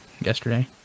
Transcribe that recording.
yesterday